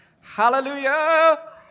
Hallelujah